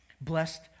Blessed